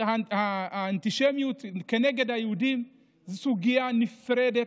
האנטישמיות כנגד היהודים זו סוגיה נפרדת